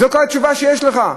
זו כל התשובה שיש לך?